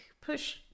push